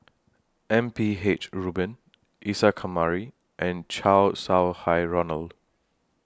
M P H Rubin Isa Kamari and Chow Sau Hai Roland